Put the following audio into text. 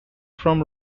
from